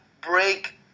break